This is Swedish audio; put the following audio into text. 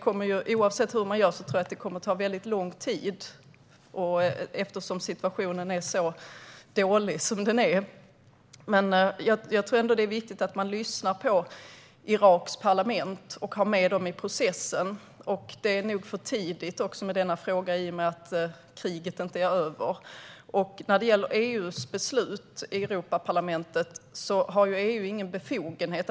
Oavsett hur man gör tror jag att det kommer att ta lång tid eftersom situationen är så dålig. Det är viktigt att man lyssnar på Iraks parlament och har med det i processen. Det är nog för tidigt med denna fråga i och med att kriget inte är över. När det gäller EU:s beslut i Europaparlamentet har EU ingen befogenhet.